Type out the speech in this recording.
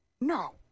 no